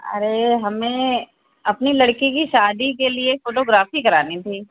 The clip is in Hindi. अरे हमें अपनी लड़की कि शादी के लिए फोटोग्राफी करानी थी